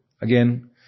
Again